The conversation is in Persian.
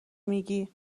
میگی